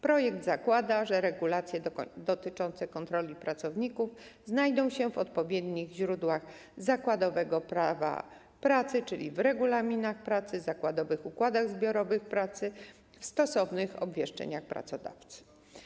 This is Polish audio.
Projekt zakłada, że regulacje dotyczące kontroli pracowników znajdą się w odpowiednich źródłach zakładowego prawa pracy, czyli w regulaminach pracy, zakładowych układach zbiorowych pracy, w stosownych obwieszczeniach pracodawcy.